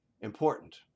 important